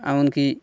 এমন কি